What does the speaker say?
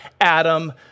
Adam